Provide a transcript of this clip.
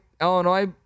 Illinois